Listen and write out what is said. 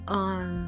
on